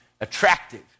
attractive